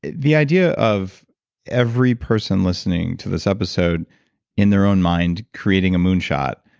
the idea of every person listening to this episode in their own mind creating a moonshot,